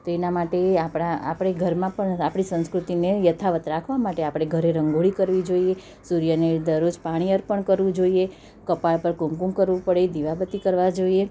તેના માટે આપણા આપણે ઘરમાં પણ આપણે સંસ્કૃતિને યથાવત્ રાખવા માટે આપણે ઘરે રંગોળી કરવી જોઈએ સૂર્યને દરરોજ પાણી અર્પણ કરવું જોઈએ કપાળ પર કુમકુમ કરવું પડે દીવાબત્તી કરવા જોઈએ